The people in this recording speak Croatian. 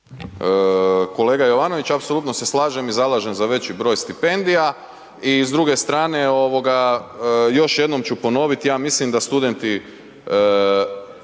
Kolega Jovanović, apsolutno se slažem i zalažem za veći broj stipendija. I s druge strane još jednom ću ponoviti, ja mislim da studenti